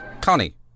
Connie